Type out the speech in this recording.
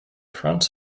front